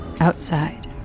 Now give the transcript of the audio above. outside